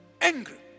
Angry